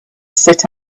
sit